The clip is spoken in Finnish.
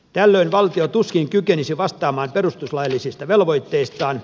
tällöin valtio tuskin kykenisi vastaamaan perustuslaillisista velvoitteistaan